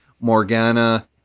Morgana